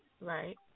Right